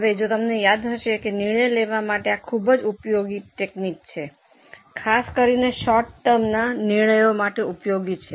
હવે જો તમને યાદ છે કે નિર્ણય લેવા માટે આ ખૂબ જ ઉપયોગી તકનીક છે ખાસ કરીને શોર્ટ ટર્મના નિર્ણયો માટે ઉપયોગી છે